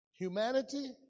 Humanity